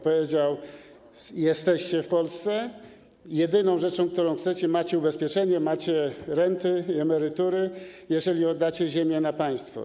Powiedział: Jesteście w Polsce, jedyną rzeczą, której chcecie... macie ubezpieczenie, macie renty i emerytury, jeżeli oddacie ziemię dla państwa.